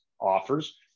offers